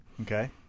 Okay